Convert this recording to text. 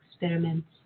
experiments